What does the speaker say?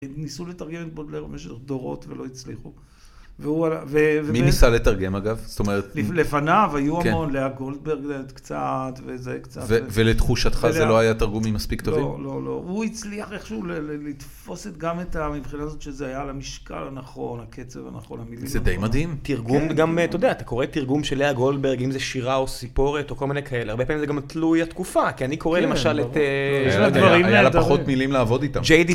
הם ניסו לתרגם את בודלר במשך דורות, ולא הצליחו. מי ניסה לתרגם, אגב? זאת אומרת, לפניו היו, לאה גולדברג, קצת, וזה, קצת. ולתחושתך זה לא היה תרגומים מספיק טובים? לא, לא, לא. הוא הצליח איכשהו לתפוס את, גם מהבחינה הזאת, שזה היה על משקל הנכון, הקצב הנכון, המילים הנכונות. זה די מדהים. תרגום, גם, אתה יודע, אתה קורא תרגום של לאה גולדברג, אם זה שירה או סיפורת או כל מיני כאלה, הרבה פעמים זה גם תלוי התקופה, כן ברור, כי אני קורא למשל את - יש לה דברים נהדרים. היה לה פחות מילים לעבוד איתן